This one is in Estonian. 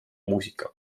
muusika